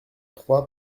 trois